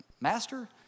master